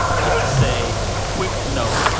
just to say quick note, ah